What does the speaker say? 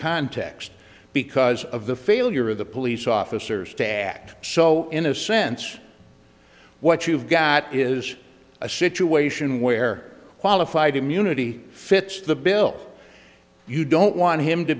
context because of the failure of the police officers to act so in a sense what you've got is a situation where qualified immunity fits the bill you don't want him to